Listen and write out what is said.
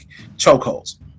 chokeholds